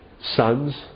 sons